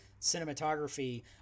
cinematography